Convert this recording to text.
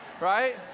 right